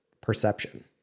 perception